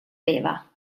beva